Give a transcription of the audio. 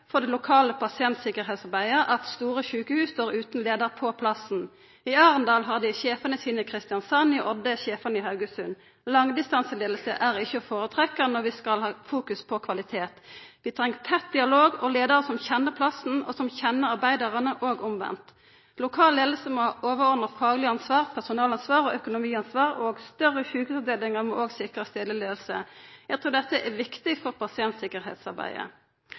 for det lokale pasientsikkerheitsarbeidet at store sjukehus står utan leiar på plassen. I Arendal har dei sjefane sine i Kristiansand, i Odda er sjefane i Haugesund. Langdistanseleiing er ikkje å føretrekkja når vi skal ha fokus på kvalitet. Vi treng tett dialog og leiarar som kjenner plassen og arbeidarane, og omvendt. Lokal leiing må ha overordna fagleg ansvar, personalansvar og økonomiansvar, og større sjukehusavdelingar må òg sikrast leiing på plassen. Eg trur dette er viktig for